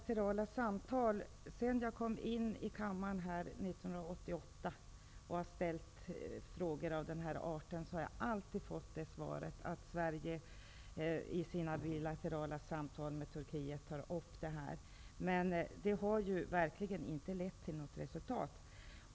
Herr talman! Sedan jag kom in i riksdagen 1988 och började ställa frågor av denna art, har jag alltid fått svaret att Sverige i sina bilaterala samtal med Turkiet tar upp detta. Men det har verkligen inte lett till något resultat.